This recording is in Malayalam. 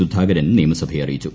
സുധാകരൻ നിയമസഭയെ അറിയിച്ചു